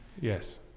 Yes